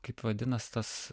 kaip vadinas tas